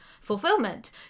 fulfillment